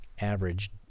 average